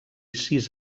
sis